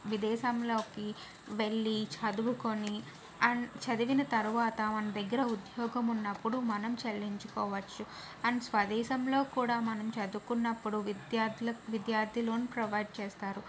విదేశంలోకి వెళ్ళి చదువుకొని అన్ చదివిన తర్వాత మన దగ్గర ఉద్యోగం ఉన్నప్పుడు మనం చెల్లించుకోవచ్చు అండ్ స్వదేశంలో కూడా మనం చదువుకున్నప్పుడు విద్యార్థులకు విద్యార్థి లోన్ ప్రొవైడ్ చేస్తారు